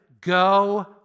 Go